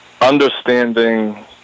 understanding